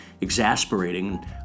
exasperating